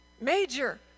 Major